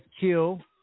kill